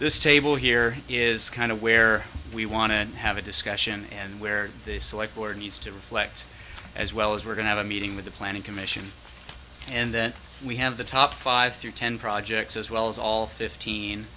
this table here is kind of where we want to have a discussion and where they select board needs to reflect as well as we're going to meeting with the planning commission and then we have the top five through ten projects as well as all fifteen